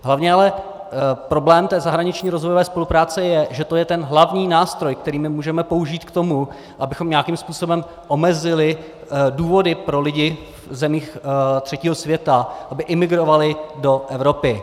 Hlavně ale problém zahraniční rozvojové spolupráce je, že to je ten hlavní nástroj, který můžeme použití k tomu, abychom nějakým způsobem omezili důvody pro lidi v zemích třetího světa, aby imigrovali do Evropy.